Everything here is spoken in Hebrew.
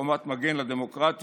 חומת מגן לדמוקרטיה,